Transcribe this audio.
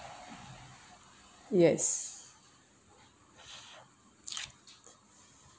yes